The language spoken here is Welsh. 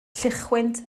lluwchwynt